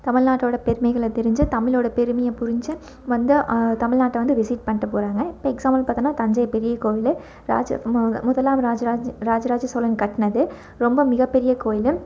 தமிழ்நாட்டோட பெருமைகளை தெரிஞ்ச தமிழோட பெருமையை புரிஞ்ச வந்து தமிழ்நாட்டை வந்து விசிட் பண்ணிட்டு போறாங்க இப்போ எக்ஸாம்பிள் பார்த்தோன்னா தஞ்சை பெரிய கோயில் ராஜ மு முதலாம் ராஜ ராஜ ராஜ ராஜ சோழன் கட்டினது ரொம்ப மிகப்பெரிய கோயில்